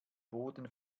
boden